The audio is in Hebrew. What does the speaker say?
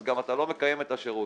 אתה לא מקיים את השירות.